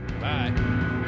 bye